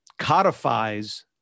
codifies